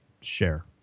share